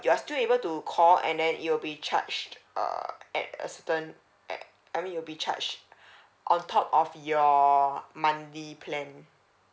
your are still able to call and then it will be charged uh at a certain at I mean you will be charged on top of your monthly plan